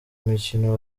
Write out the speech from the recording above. umukino